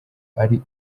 ari